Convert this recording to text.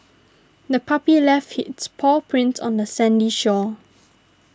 the puppy left its paw prints on the sandy shore